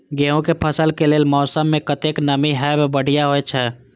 गेंहू के फसल के लेल मौसम में कतेक नमी हैब बढ़िया होए छै?